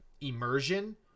immersion